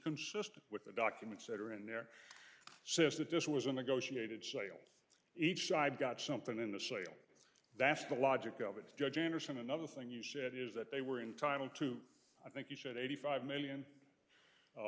consistent with the documents that are in there says that this was a negotiated sale each side got something in the sale that's the logic of it judge andersen another thing you said is that they were entitled to i think you should eighty five million